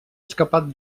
escapat